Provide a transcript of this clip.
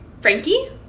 Frankie